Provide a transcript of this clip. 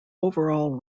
overall